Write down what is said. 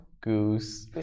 Goose